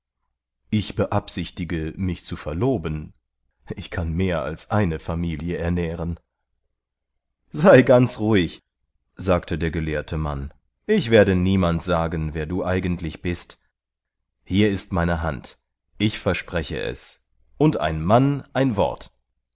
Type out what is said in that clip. ich beabsichtige mich zu verloben ich kann mehr als eine familie ernähren sei ganz ruhig sagte der gelehrte mann ich werde niemand sagen wer du eigentlich bist hier ist meine hand ich verspreche es und ein mann ein wort